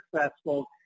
successful